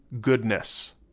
goodness